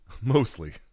Mostly